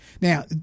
Now